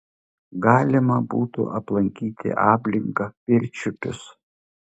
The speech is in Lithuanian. galima būtų aplankyti ablingą pirčiupius